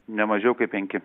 nemažiau kaip penki